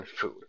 food